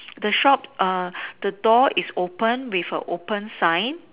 the shop err the door is open with a open sign